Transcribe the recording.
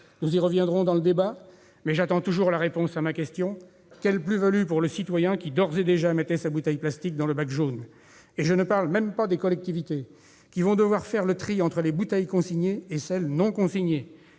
Nous y reviendrons dans le débat, mais j'attends toujours la réponse à ma question : quelle est la plus-value pour le citoyen qui d'ores et déjà mettait sa bouteille plastique dans le bac jaune ? Et je ne parle même pas des collectivités, qui vont devoir faire le tri entre les bouteilles consignées et celles qui ne